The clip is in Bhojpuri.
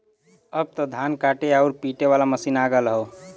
अब त धान काटे आउर पिटे वाला मशीन आ गयल हौ